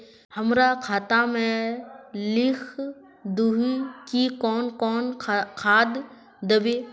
हमरा खाता में लिख दहु की कौन कौन खाद दबे?